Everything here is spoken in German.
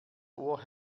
ohr